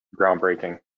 groundbreaking